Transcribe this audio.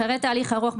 אחרי תהליך ארוך,